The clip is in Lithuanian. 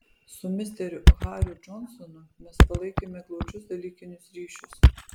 su misteriu hariu džonsonu mes palaikėme glaudžius dalykinius ryšius